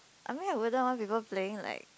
I mean I wouldn't want people playing like